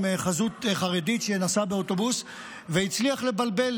חזות חרדית שנסע באוטובוס והצליח לבלבל,